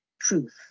truth